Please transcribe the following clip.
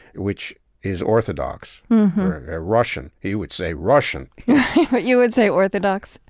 which is orthodox or russian. he would say russian but you would say orthodox?